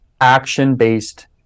Action-based